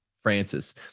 Francis